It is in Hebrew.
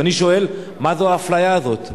ואני שואל: מה האפליה הזאת?